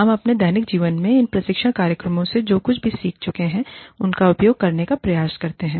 हम अपने दैनिक जीवन में इन प्रशिक्षण कार्यक्रमों में जो कुछ भी सीख चुके हैं उनका उपयोग करने का प्रयास करते हैं